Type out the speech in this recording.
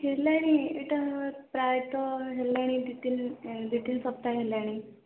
ହେଲାଣି ଏଇଟା ପ୍ରାୟତଃ ହେଲାଣି ଦୁଇ ତିନିଦିନ ଦୁଇ ତିନିି ସପ୍ତାହ ହେଲାଣି